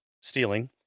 stealing